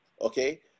okay